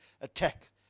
attack